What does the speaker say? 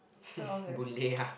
Boon-Lay ah